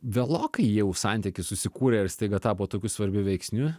vėlokai jie jau santykį susikūrė ir staiga tapo tokiu svarbiu veiksniu